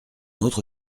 autre